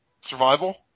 Survival